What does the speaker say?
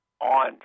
on